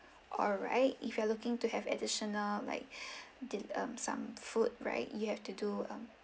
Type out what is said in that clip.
all right if you are looking to have additional like did um some food right you have to do um